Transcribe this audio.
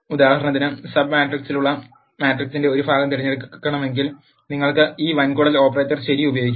ഉദാഹരണത്തിന് സബ് മാട്രിക്സുള്ള മാട്രിക്സിന്റെ ഒരു ഭാഗം തിരഞ്ഞെടുക്കണമെങ്കിൽ നിങ്ങൾക്ക് ഈ വൻകുടൽ ഓപ്പറേറ്റർ ശരി ഉപയോഗിക്കാം